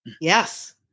yes